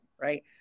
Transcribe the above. Right